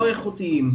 לא איכותיים,